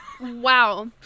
wow